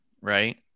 right